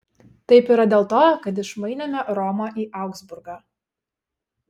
taip yra dėl to kad išmainėme romą į augsburgą